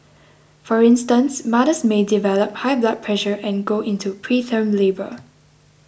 for instance mothers may develop high blood pressure and go into preterm labour